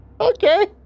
Okay